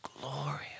glorious